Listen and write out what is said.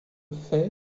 fait